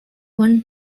one